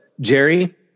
Jerry